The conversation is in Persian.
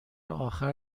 آخر